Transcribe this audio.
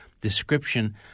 description